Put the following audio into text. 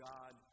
God